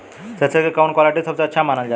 Thresher के कवन quality सबसे अच्छा मानल जाले?